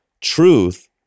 truth